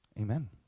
Amen